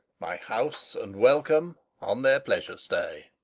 my house and welcome on their pleasure stay.